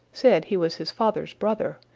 said he was his father's brother,